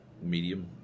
medium